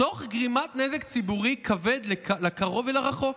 תוך גרימת נזק ציבורי כבד לקרוב ולרחוק.